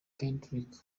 kendrick